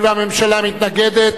הואיל והממשלה מתנגדת,